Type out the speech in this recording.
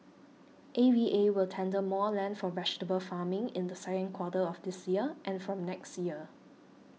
A V A will tender more land for vegetable farming in the second quarter of this year and from next year